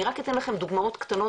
אני רק אתן לכם דוגמאות קטנות,